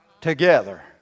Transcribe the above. together